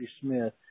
Smith